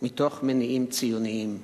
מתוך מניעים ציוניים.